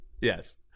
Yes